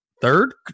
third